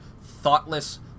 thoughtless